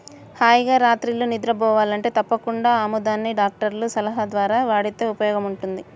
హాయిగా రాత్రిళ్ళు నిద్రబోవాలంటే తప్పకుండా ఆముదాన్ని డాక్టర్ల సలహా ద్వారా వాడితే ఉపయోగముంటది